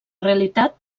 realitat